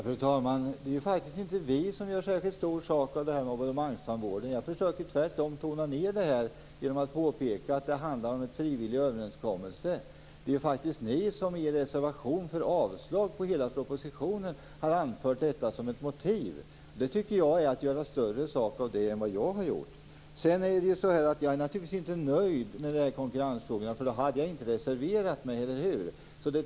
Fru talman! Det är faktiskt inte vi som gör särskilt stor sak av abonnemangstandvården. Jag försöker tvärtom tona ned detta genom att påpeka att det handlar om en frivillig överenskommelse. Det är ju faktiskt Moderaterna som i en reservation för avslag på hela propositionen har anfört detta som ett motiv. Det tycker jag är att göra större sak av detta än vad jag har gjort. Jag är naturligtvis inte nöjd i konkurrensfrågan. Om jag vore det skulle jag inte ha reserverat mig, eller hur?